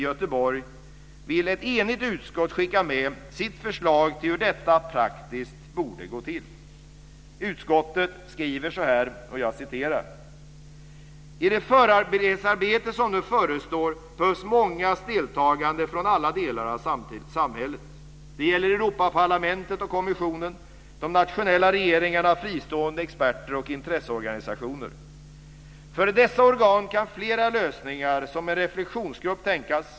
Göteborg vill ett enigt utskott skicka med sitt förslag till hur detta praktiskt borde gå till. Utskottet skriver så här: "I det förberedelsearbete som nu förestår behövs mångas deltagande från alla delar av samhället. Det gäller Europaparlamentet och kommissionen, de nationella regeringarna, fristående experter och intresseorganisationer. För dessa organ kan flera lösningar, såsom en reflektionsgrupp, tänkas.